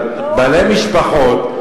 אבל בעלי משפחות,